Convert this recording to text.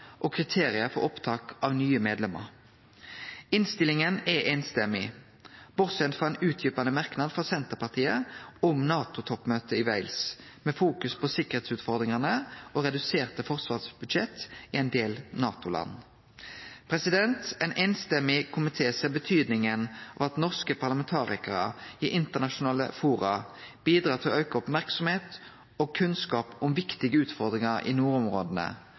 og kriterium for opptak av nye medlemer. Innstillinga er samrøystes, bortsett frå ein utdjupande merknad frå Senterpartiet om NATO-toppmøtet i Wales, med fokus på sikkerheitsutfordringane og reduserte forsvarsbudsjett i ein del NATO-land. Ein samrøystes komité ser betydninga av at norske parlamentarikarar i internasjonale forum bidrar til å auke merksemda og kunnskapen om viktige utfordringar i nordområda,